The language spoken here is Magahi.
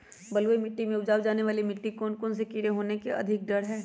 बलुई मिट्टी में उपजाय जाने वाली फसल में कौन कौन से कीड़े होने के अधिक डर हैं?